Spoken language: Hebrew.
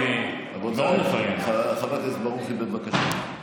חבר הכנסת ברוכי, בבקשה.